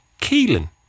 Keelan